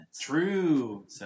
True